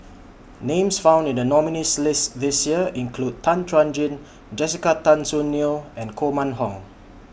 Names found in The nominees' list This Year include Tan Chuan Jin Jessica Tan Soon Neo and Koh Mun Hong